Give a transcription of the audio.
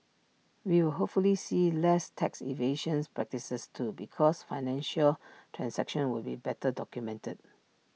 we will hopefully see less tax evasion practices too because financial transactions will be better documented